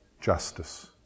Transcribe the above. justice